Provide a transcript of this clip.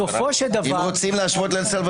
בהצעות של חוק-יסוד: החקיקה למשל,